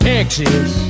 Texas